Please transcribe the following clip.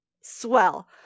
Swell